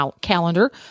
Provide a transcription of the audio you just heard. calendar